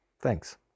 Thanks